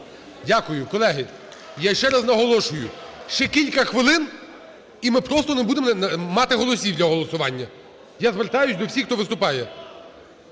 Дякую. Колеги, я ще раз наголошую, ще кілька хвилин і ми просто не будемо мати голосів для голосування. Я звертаюся до всіх, хто виступає,